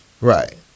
right